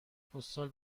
پستال